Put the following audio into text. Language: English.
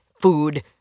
food